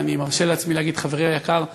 ואני מרשה לעצמי להגיד חברי היקר,